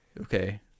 Okay